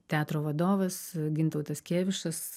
teatro vadovas gintautas kėvišas